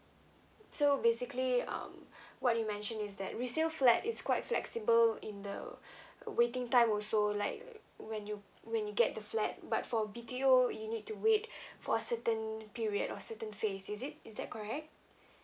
so basically um what you mentioned is that resale flat is quite flexible in the waiting time also like when you when you get the flat but for B_T_O you need to wait for a certain period or certain phase is it is that correct